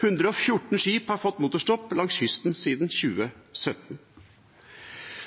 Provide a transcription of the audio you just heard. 114 skip har fått motorstopp langs kysten siden 2017.